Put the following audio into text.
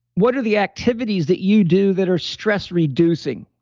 what are the activities that you do that are stress-reducing.